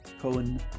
Cohen